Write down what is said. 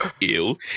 ew